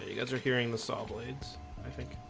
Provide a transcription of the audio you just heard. yeah are hearing the saw blades i think